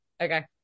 Okay